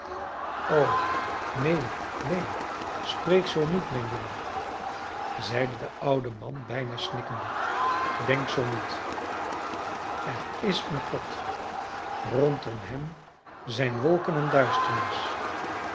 o neen neen spreek zoo niet mijn jongen zeide de oude man bijna snikkende denk zoo niet er is een god rondom hem zijn wolken en duisternis